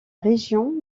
région